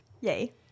Yay